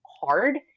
hard